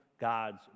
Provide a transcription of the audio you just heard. God's